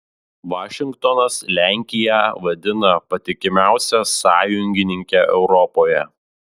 vašingtonas lenkiją vadina patikimiausia sąjungininke europoje